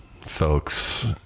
Folks